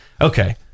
Okay